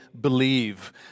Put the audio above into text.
believe